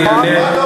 אני אענה.